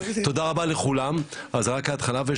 אז תודה רבה לכולם וזאת רק ההתחלה ויש